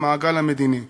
למעגל המדיני.